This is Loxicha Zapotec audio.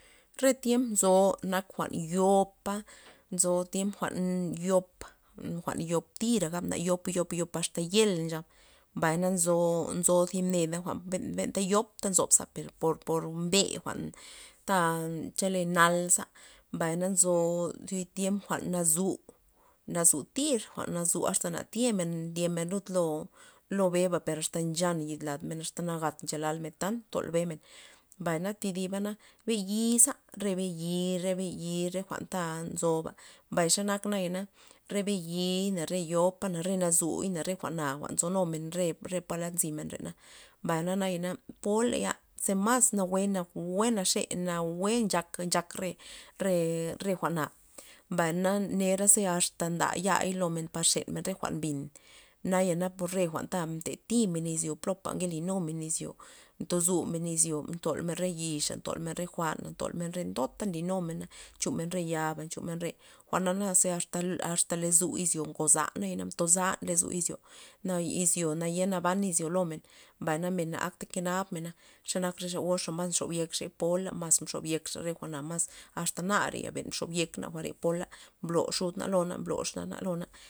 Re tiemp nzo nak jwa'n yopa, nzo tiem jwa'n yop jwa'n yop tira yop- yop- yop asta yel nchab, mbay na nzo- nzo thib neda jwa'n ben- benta yoptaza por- por mbe jwa'n ta chele nal za mbay na nzo zi tiemp jwa'n nazu, nazu tir jwa'n nazu asta na tiemen ndyemen lud lo beba asta nchan yid lad men asta nagat ncha lalmen tan ntol bemen, mbay na thidibana tiem yiza yi re be yi re jwa'nta nzoba mbay xanak nayana re be yi' re yopana re nazuy re jwa'na jwa'n nzonumen re palad nzimen mbay naya poley ze mas nawue naxe nchak- nchak re- re re jwa'na mbay na nera asta ndaya lo men par xen men re jwa'n bin nayana per re jwa'n ta mta timen izyo plopa nke linumen izyo ntozumen izyo tolmen re yixa ntolmen re jwa'na ntolmen ndota nlynumena nchomen re ya'ba nchomen re jwa'na za asta- asta lozuo izyo ngoza na mtozan lozo izyo na izyo naye naban izyo lomen mbay men na akta kenap mena xenak re xa goxa nxob yekxa pola maz mxob yekxa jwa'na mas asta nare ben mxob yek na jwa're pola mblo xudna mblo exnana lona.